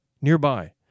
nearby